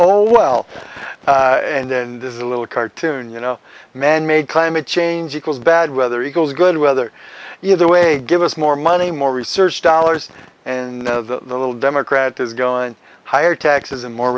all well and then this is a little cartoon you know manmade climate change equals bad weather equals good weather either way give us more money more research dollars and the little democrat is going higher taxes and more